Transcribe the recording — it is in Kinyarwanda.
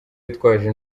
witwaje